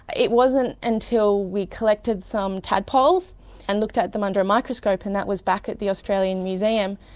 it wasn't until we collected some tadpoles and looked at them under a microscope, and that was back at the australian museum,